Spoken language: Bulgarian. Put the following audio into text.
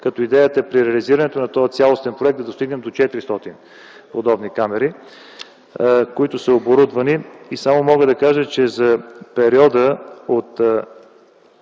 като идеята е при реализирането на този цялостен проект да достигнем до 400 подобни камери, които са оборудвани. Мога да кажа, че за периода от